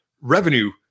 revenue